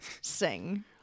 Sing